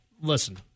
listen